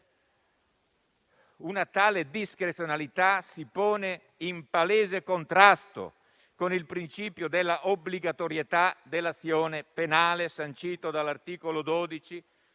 Una tale discrezionalità si pone in palese contrasto con il principio della obbligatorietà dell'azione penale, sancito dall'articolo 12